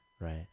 Right